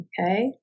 Okay